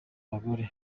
abagore